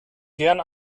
gern